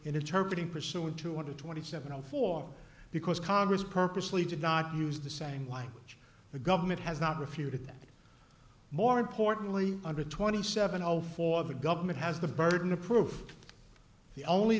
interpret in pursuing two hundred twenty seven zero four because congress purposely did not use the same language the government has not refuted that more importantly under twenty seven all four of the government has the burden of proof the only